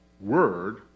word